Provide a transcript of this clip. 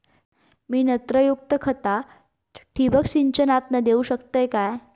मी नत्रयुक्त खता ठिबक सिंचनातना देऊ शकतय काय?